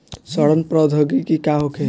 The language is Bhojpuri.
सड़न प्रधौगकी का होखे?